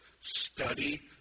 study